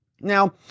Now